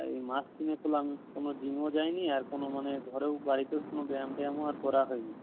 তাই মাসখানেক হল আমি কোনো জিমও যাইনি আর কোনো মানে ঘরেও বাড়িতেও কোনো ব্যায়াম ট্যায়ামও আর করা হয়নি